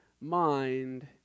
mind